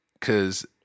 cause